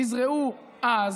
נזרעו אז,